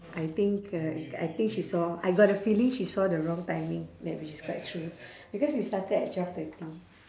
I think uh I think she saw I got a feeling she saw the wrong timing that we through because we started at twelve thirty